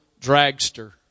Dragster